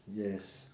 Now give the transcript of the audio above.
yes